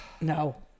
no